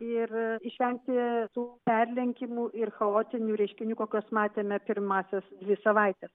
ir išvengti tų perlenkimų ir chaotinių reiškinių kokius matėme pirmąsias dvi savaites